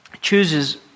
chooses